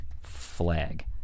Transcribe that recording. flag